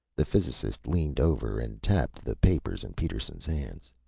the physicist leaned over and tapped the papers in peterson's hands.